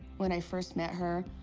when i first met her,